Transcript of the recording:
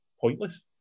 pointless